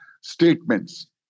statements